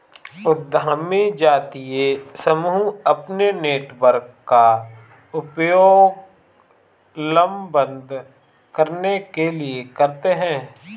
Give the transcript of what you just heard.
उद्यमी जातीय समूह अपने नेटवर्क का उपयोग लामबंद करने के लिए करते हैं